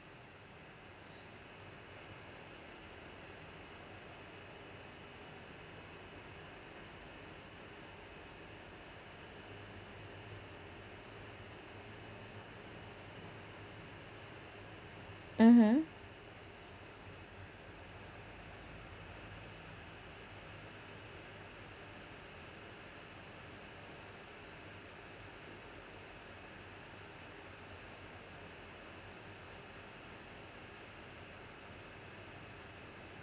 mmhmm